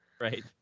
Right